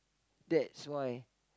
that's why